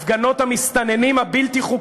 מי עומד מאחורי הפגנות המסתננים הבלתי-חוקיים,